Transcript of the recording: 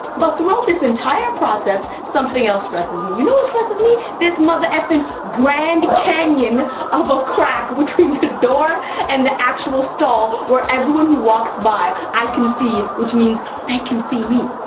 but throughout this entire process, something else stresses me. you know what stresses me? this mother effin' grand canyon of a crack between the the door and the actual stall where everyone who walks by i can see, which means they can see me.